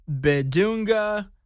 Bedunga